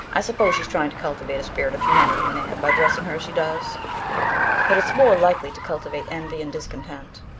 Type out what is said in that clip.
i suppose she's trying to cultivate a spirit of humility in anne by dressing her as she does but it's more likely to cultivate envy and discontent.